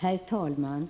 Herr talman!